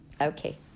Okay